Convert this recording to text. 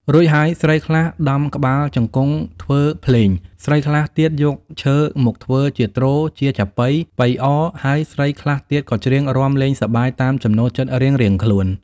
រួចហើយ ស្រីខ្លះដំក្បាលជង្គង់ធ្វើភ្លេង ស្រីខ្លះទៀតយកឈើមកធ្វើជាទ្រ ជាចាប៉ី ប៉ីអ ហើយស្រីខ្លះទៀតក៏ច្រៀងរាំលេងសប្បាយតាមចំណូលចិត្តរៀងៗខ្លួន។